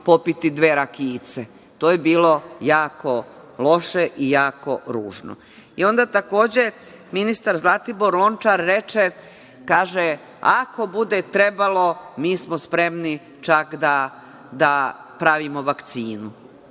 popiti dve rakijice. To je bilo jako loše i jako ružno. Onda, takođe, ministar Zlatibor Lončar reče, kaže – ako bude trebalo, mi smo spremni čak da pravimo vakcinu.